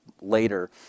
later